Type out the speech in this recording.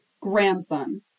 grandson